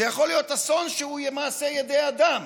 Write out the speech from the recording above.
זה יכול להיות אסון שהוא יהיה מעשה ידי אדם: